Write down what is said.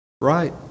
right